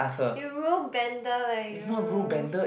you rule bender leh you